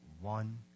one